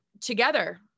together